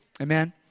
Amen